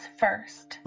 first